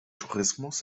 tourismus